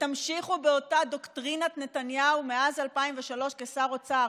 ותמשיכו באותה דוקטרינת נתניהו מאז 2003 כשר אוצר,